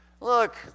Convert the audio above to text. look